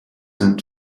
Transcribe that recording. sent